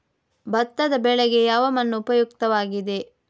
ಭತ್ತದ ಬೆಳೆಗೆ ಯಾವ ಮಣ್ಣು ಉಪಯುಕ್ತವಾಗಿದೆ?